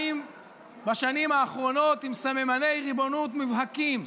בשנים האחרונות עם סממני ריבונות מובהקים.